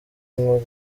nko